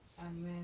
Amen